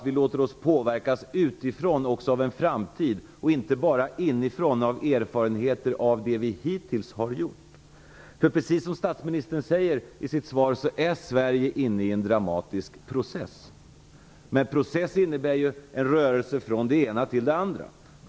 Vi måste i en framtid också låta oss påverkas utifrån och inte bara inifrån av erfarenheter av det som vi hittills har gjort. Precis som statsministern säger i sitt svar är Sverige inne i en dramatisk process. Men process innebär ju en rörelse från det ena till det andra.